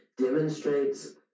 Demonstrates